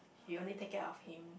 you only take care of him